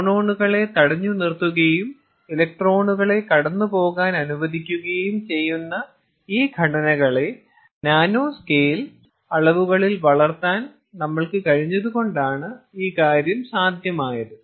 ഫോണോണുകളെ തടഞ്ഞുനിർത്തുകയും ഇലക്ട്രോണുകളെ കടന്നുപോകാൻ അനുവദിക്കുകയും ചെയ്യുന്ന ഈ ഘടനകളെ നാനോ സ്കെയിൽ അളവുകളിൽ വളർത്താൻ നമ്മൾക്ക് കഴിഞ്ഞതുകൊണ്ടാണ് ഈ കാര്യം സാധ്യമായത്